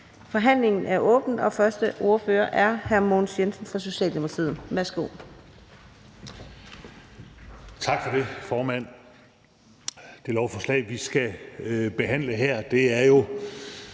Forhandlingen er åbnet, og første ordfører er hr. Mogens Jensen fra Socialdemokratiet. Værsgo.